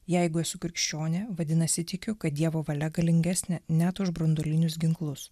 jeigu esu krikščionė vadinasi tikiu kad dievo valia galingesnė net už branduolinius ginklus